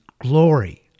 glory